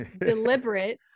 deliberate